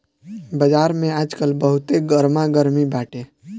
बाजार में आजकल बहुते गरमा गरमी बाटे